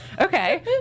Okay